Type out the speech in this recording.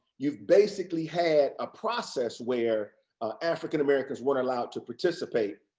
you've basically had a process where african-american were not allowed to participate,